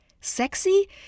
Sexy